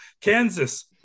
Kansas